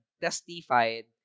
testified